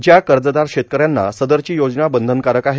ज्या कर्जदार शेतकऱ्यांना सदरची योजना बंधनकारक आहे